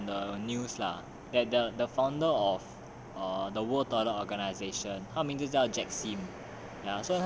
today I read on a news lah at the the founder of the world toilet organisation 他名字就叫 jack sim